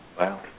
Wow